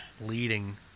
Leading